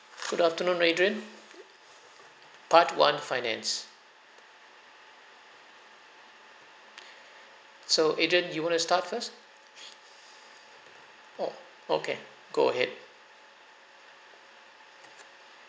good afternoon adrian part one finance so adrian you want to start first o~ okay go ahead